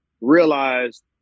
realize